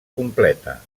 completa